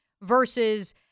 Versus